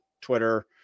Twitter